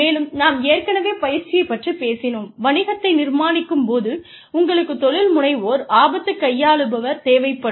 மேலும் நாம் ஏற்கனவே பயிற்சியைப் பற்றிப்பேசினோம் வணிகத்தை நிர்மாணிக்கும் போது உங்களுக்குத் தொழில் முனைவோர் ஆபத்து கையாளுபவர் தேவைப்படும்